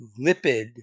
lipid